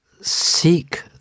seek